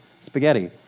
spaghetti